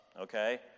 okay